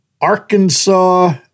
Arkansas